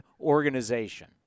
organization